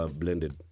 blended